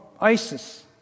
ISIS